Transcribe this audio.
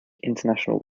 international